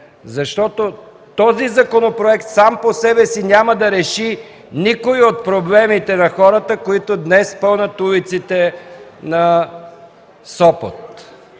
Защото този законопроект сам по себе си няма да реши никой от проблемите на хората, които днес пълнят улиците на Сопот.